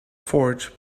fort